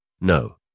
No